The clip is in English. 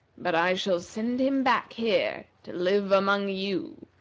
but i shall send him back here to live among you,